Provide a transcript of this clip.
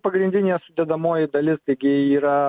pagrindinė sudedamoji dalis taigi yra